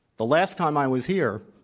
the last time i was here,